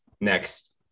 next